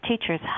teachers